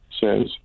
says